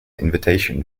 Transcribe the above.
invitation